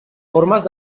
formes